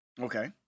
Okay